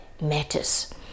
matters